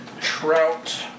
Trout